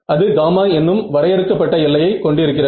அது Γ என்ன வரையறுக்க பட்ட எல்லையை கொண்டு இருக்கிறது